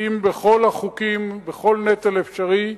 שנושאים בכל החוקים, בכל נטל אפשרי.